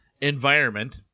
environment